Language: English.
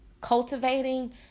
cultivating